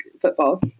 football